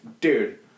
Dude